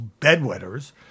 bedwetters